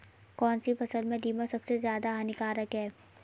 कौनसी फसल में दीमक सबसे ज्यादा हानिकारक है?